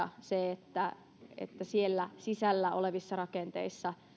se että että siellä sisällä olevissa rakenteissa